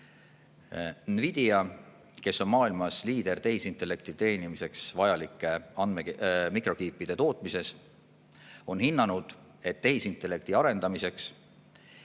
Nvidia, kes on maailmas liider tehisintellekti teenimiseks vajalike mikrokiipide tootmises, on hinnanud, et tehisintellekti arendamiseks